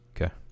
Okay